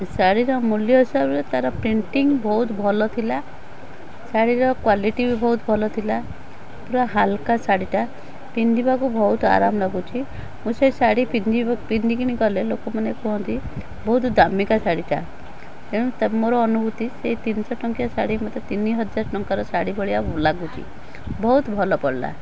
ଶାଢ଼ୀର ମୂଲ୍ୟ ହିସାବରେ ତା'ର ପ୍ରିଣ୍ଟିଙ୍ଗ ବହୁତ ଭଲ ଥିଲା ଶାଢ଼ୀର କ୍ୱାଲିଟୀ ବି ବହୁତ ଭଲ ଥିଲା ପୁରା ହାଲ୍କା ଶାଢ଼ୀଟା ପିନ୍ଧିବାକୁ ବହୁତ ଆରାମ ଲାଗୁଛି ମୁଁ ସେଇ ଶାଢ଼ୀ ପିନ୍ଧିକିନି ଗଲେ ଲୋକମାନେ କୁହନ୍ତି ବହୁତ ଦାମିକା ଶାଢ଼ୀଟା ତେଣୁ ତ ମୋର ଅନୁଭୂତି ସେଇ ତିନିଶହ ଟଙ୍କିଆ ଶାଢ଼ୀ ମୋତେ ତିନିହଜାର ଟଙ୍କାର ଶାଢ଼ୀ ଭଳିଆ ଲାଗୁଛି ବହୁତ ଭଲ ପଡ଼ିଲା